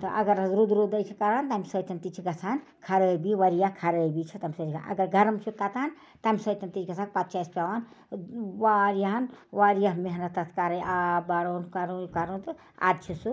تہٕ اگَر حظ رُد رُدٕے چھِ کران تٔمۍ سۭتۍ تہِ چھِ گژھان خرٲبی واریاہ خرٲبی چھِ تٔمۍ سۭتۍ گژھان اگر گرم چھِ تَتان تٔمۍ سۭتۍ تہِ چھِ گژھان پتہٕ چھِ اَسہِ پٮ۪وان واریاہَن واریاہ محنت اَتھ کَرٕنۍ آب بَرُن ہُہ کَرُن یہِ کَرُن تہٕ اَدٕ چھِ سُہ